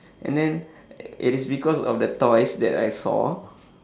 and then it is because of the toys that I saw